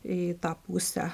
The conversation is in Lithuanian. į tą pusę